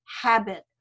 habit